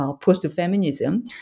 post-feminism